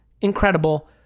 incredible